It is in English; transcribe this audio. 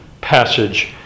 passage